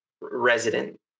resident